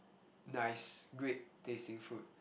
nice great tasting food